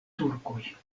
turkoj